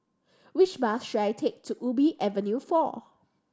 which bus should I take to Ubi Avenue Four